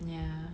ya